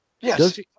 Yes